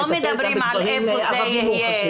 אנחנו לא מדברים על איפה זה יהיה,